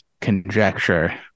Conjecture